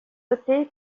ôter